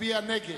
מצביע נגד.